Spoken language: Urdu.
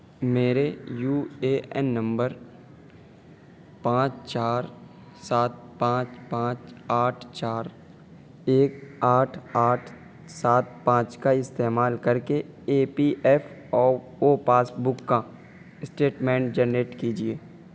میرے یو اے این نمبر پانچ چار سات پانچ پانچ آٹھ چار ایک آٹھ آٹھ سات پانچ کا استعمال کر کے E P F O passbook کا اسٹیٹمنٹ جنریٹ کیجیے